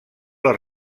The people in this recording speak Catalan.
les